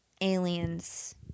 aliens